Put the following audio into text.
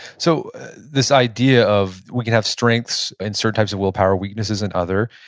so this idea of we can have strengths in certain types of willpower, weaknesses in other.